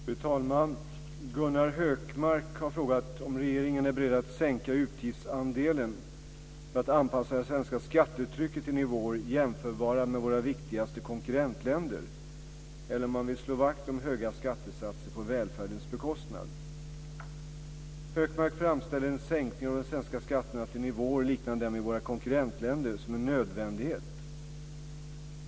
Fru talman! Gunnar Hökmark har frågat om regeringen är beredd att sänka utgiftsandelen för att anpassa det svenska skattetrycket till nivåer jämförbara med våra viktigaste konkurrentländer eller om man vill slå vakt om höga skattesatser på välfärdens bekostnad. Hökmark framställer en sänkning av de svenska skatterna till nivåer liknande dem i våra konkurrentländer som en nödvändighet.